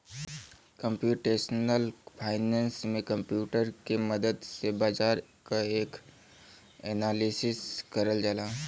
computational finance में computer के मदद से बाजार क एनालिसिस करल जाला